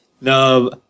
No